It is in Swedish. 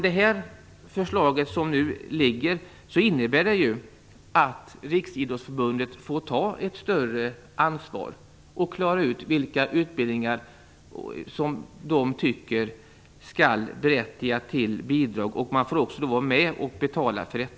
Det förslag som nu lagts fram innebär att Riksidrottsförbundet får ta ett större ansvar och klara ut vilka utbildningar som man tycker skall berättiga till bidrag. Man får också vara med och betala för det.